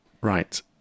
Right